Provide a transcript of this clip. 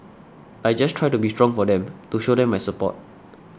I just try to be strong for them to show them my support